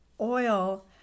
oil